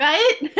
Right